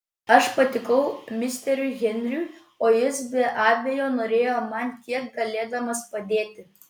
aš patikau misteriui henriui o jis be abejo norėjo man kiek galėdamas padėti